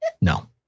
No